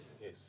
yes